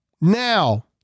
now